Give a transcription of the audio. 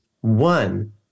One